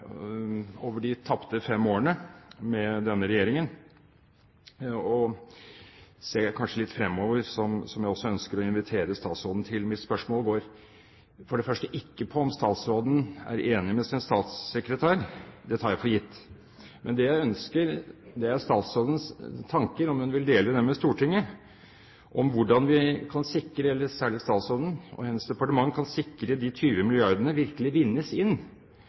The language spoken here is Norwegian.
over de tapte fem årene med denne regjeringen og kanskje se litt fremover, som jeg også ønsker å invitere statsråden til. Mitt spørsmål går ikke på om statsråden er enig med sin statssekretær, det tar jeg for gitt. Men jeg ønsker statsrådens tanker – om hun vil dele dem med Stortinget – om hvordan statsråden og hennes departement kan sikre at de 20 mrd. kr virkelig vinnes inn